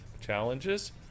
challenges